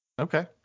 Okay